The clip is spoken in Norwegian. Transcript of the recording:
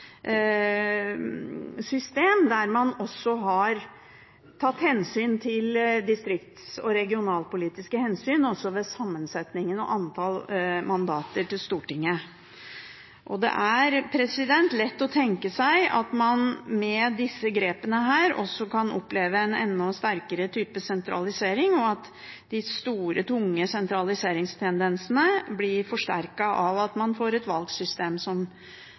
system, der man også har tatt distrikts- og regionalpolitiske hensyn ved sammensetningen av antall mandater til Stortinget. Det er lett å tenke seg at man med disse grepene kan oppleve en enda sterkere type sentralisering, og at de store, tunge sentraliseringstendensene blir forsterket av at man får et valgsystem som